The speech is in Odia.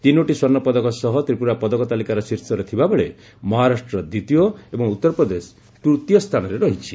ତିନୋଟି ସ୍ୱର୍ଣ୍ଣ ପଦକ ସହ ତ୍ରିପୁରା ପଦକ ତାଲିକାର ଶୀର୍ଷରେ ଥିବାବେଳେ ମହାରାଷ୍ଟ୍ର ଦ୍ୱିତୀୟ ଏବଂ ଉତ୍ତରପ୍ରଦେଶ ତୃତୀୟ ସ୍ଥାନରେ ରହିଛି